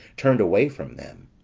turned away from them.